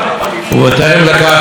ובנושא השבת,